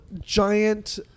giant